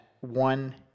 one